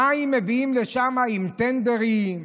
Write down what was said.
מים מביאים לשם עם טנדרים,